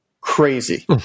crazy